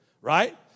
right